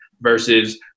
versus